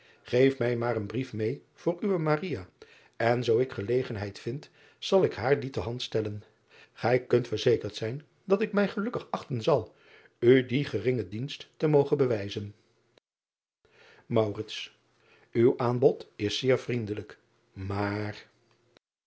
geef mij maar een brief meê voor uwe en zoo ik gelegenheid vind zal ik haar dien ter hand stellen ij kunt verzekerd zijn dat ik mij gelukkig achten zal u dien geringen dienst te mogen bewijzen w aanbod is zeer vriendelijk maar